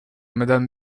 madame